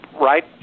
Right